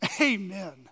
Amen